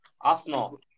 Arsenal